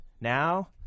now –